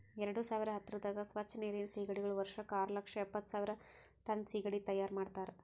ಎರಡು ಸಾವಿರ ಹತ್ತುರದಾಗ್ ಸ್ವಚ್ ನೀರಿನ್ ಸೀಗಡಿಗೊಳ್ ವರ್ಷಕ್ ಆರು ಲಕ್ಷ ಎಪ್ಪತ್ತು ಸಾವಿರ್ ಟನ್ ಸೀಗಡಿ ತೈಯಾರ್ ಮಾಡ್ತಾರ